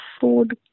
food